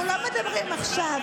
קחי דוגמה מגלית.